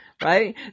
Right